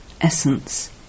Essence